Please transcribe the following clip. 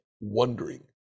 wondering